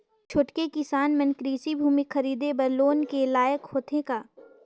छोटके किसान मन कृषि भूमि खरीदे बर लोन के लायक होथे का?